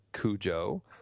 Cujo